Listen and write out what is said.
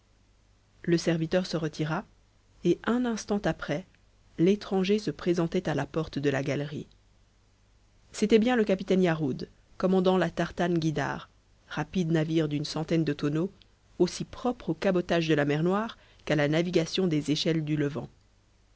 le serviteur se retira et un instant après l'étranger se présentait à la porte de la galerie c'était bien le capitaine yarhud commandant la tartane guïdare rapide navire d'une centaine de tonneaux aussi propre au cabotage de la mer noire qu'à la navigation des échelles du levant